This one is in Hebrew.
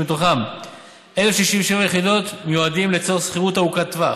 שמתוכן 1,067 יחידות מיועדות לצורך שכירות ארוכת טווח,